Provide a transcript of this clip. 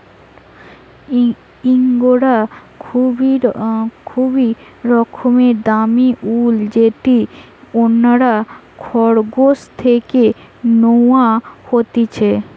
ইঙ্গরা খুবই রকমের দামি উল যেটি অন্যরা খরগোশ থেকে ন্যাওয়া হতিছে